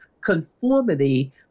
conformity